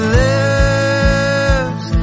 lives